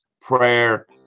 prayer